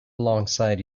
alongside